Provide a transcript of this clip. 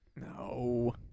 No